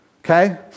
okay